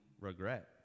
regret